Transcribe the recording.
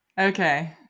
Okay